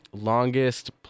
longest